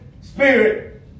Spirit